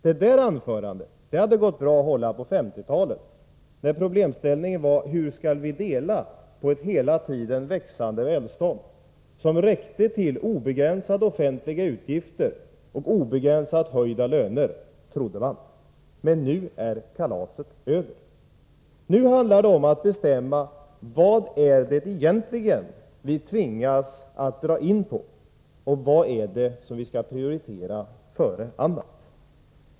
Det där anförandet hade gått bra att hålla på 1950-talet, när problemställningen var hur vi skulle fördela ett hela tiden växande välstånd som räckte till obegränsade offentliga utgifter och obegränsat höjda löner — trodde man. Men nu är kalaset över. Nu handlar det om att bestämma vad det är som vi tvingas dra in på och vad vi skall prioritera.